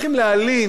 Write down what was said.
אף אחד,